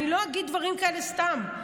אני לא אגיד דברים כאלה סתם.